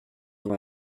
non